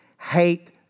hate